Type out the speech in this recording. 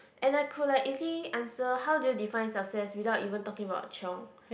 and I could like easily answer how do you define success without even talking about chiong